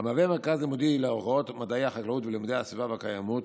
המהווה מרכז לימודי להוראת מדעי החקלאות ולימודי הסביבה והקיימות